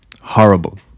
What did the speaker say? horrible